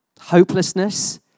hopelessness